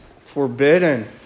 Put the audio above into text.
forbidden